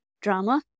drama